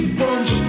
bunch